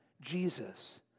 Jesus